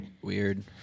Weird